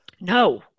No